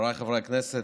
חבריי חברי הכנסת,